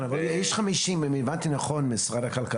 אם הבנתי נכון,